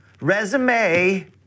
Resume